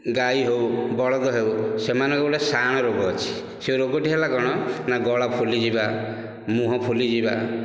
ଗାଈ ହେଉ ବଳଦ ହେଉ ସେମାନଙ୍କର ଗୋଟିଏ ସାଣ ରୋଗ ଅଛି ସେ ରୋଗଟି ହେଲା କ'ଣ ନ ଗଳା ଫୁଲିଯିବା ମୁଁହ ଫୁଲିଯିବା